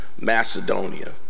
macedonia